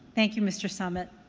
thank you, mr. samet.